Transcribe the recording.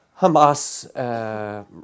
Hamas